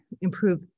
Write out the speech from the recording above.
improve